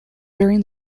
during